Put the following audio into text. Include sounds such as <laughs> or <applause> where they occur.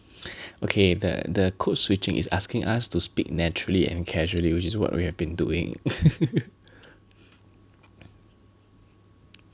okay the the code switching is asking us to speak naturally and casually which is what we have been doing <laughs>